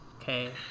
okay